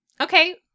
Okay